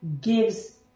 gives